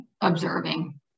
observing